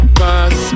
pass